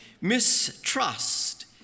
mistrust